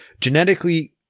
genetically